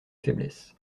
faiblesse